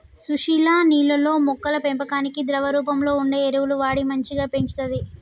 సుశీల నీళ్లల్లో మొక్కల పెంపకానికి ద్రవ రూపంలో వుండే ఎరువులు వాడి మంచిగ పెంచుతంది